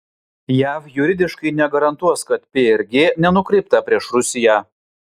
jav juridiškai negarantuos kad prg nenukreipta prieš rusiją